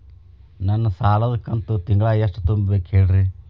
ನನ್ನ ಸಾಲದ ಕಂತು ತಿಂಗಳ ಎಷ್ಟ ತುಂಬಬೇಕು ಹೇಳ್ರಿ?